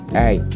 hey